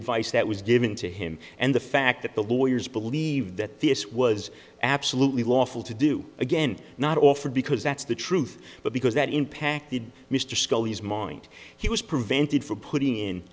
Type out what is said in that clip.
advice that was given to him and the fact that the lawyers believe that this was absolutely lawful to do again not offer because that's the truth but because that impacted mr scully's mind he was prevented from puttin